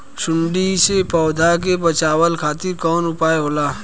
सुंडी से पौधा के बचावल खातिर कौन उपाय होला?